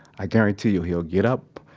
i guarantee you he'll get up,